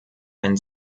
ein